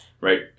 right